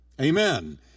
Amen